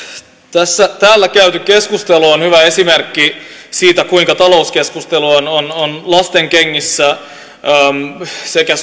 täällä käyty keskustelu on hyvä esimerkki siitä kuinka talouskeskustelu on on tavallaan lastenkengissä sekä